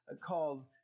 called